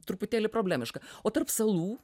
truputėlį problemiška o tarp salų